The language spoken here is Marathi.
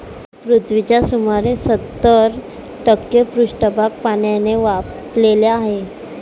पृथ्वीचा सुमारे सत्तर टक्के पृष्ठभाग पाण्याने व्यापलेला आहे